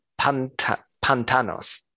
pantanos